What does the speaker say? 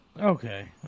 Okay